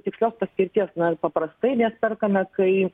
tikslios paskirties na paprastai jas perkame kai